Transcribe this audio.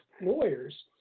lawyers